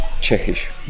czechish